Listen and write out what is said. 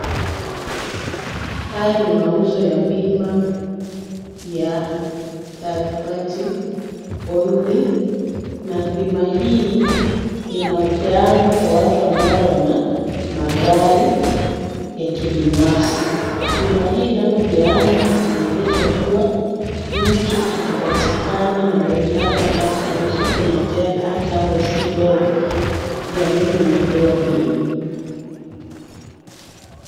Haya ni mauzo ya bima ya third-party only car insurance na bima hii inapeanwa kwa watu ambao wana magari ya kibinafsi. Bima hii inapopeanwa inaelezwa kuwa mtu akipatikana na gari lake ajihusishe kwa ajali hata awe si wewe, gari hilo linapewa bima.